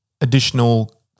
additional